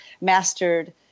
mastered